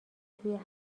توی